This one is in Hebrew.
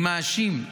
אני מאשים.